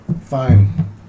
Fine